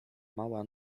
mała